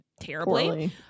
terribly